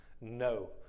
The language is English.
No